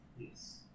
Yes